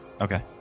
Okay